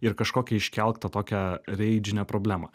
ir kažkokią iškelk tą tokią reidžinę problemą